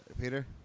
Peter